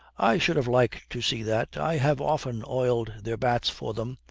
i should have liked to see that. i have often oiled their bats for them.